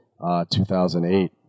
2008